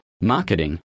marketing